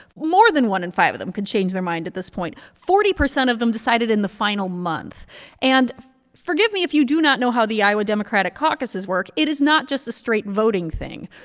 more than one in five of them could change their mind at this point. forty percent of them decided in the final month and forgive me if you do not know how the iowa democratic caucuses work. it is not just a straight voting thing.